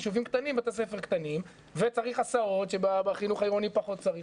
הישובים קטנים ובתי הספר קטנים וצריך הסעות שבחינוך העירוני פחות צריך.